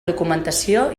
documentació